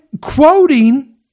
quoting